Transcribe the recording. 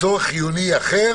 וצורך חיוני אחר